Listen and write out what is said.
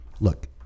look